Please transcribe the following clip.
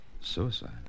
Suicide